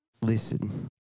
Listen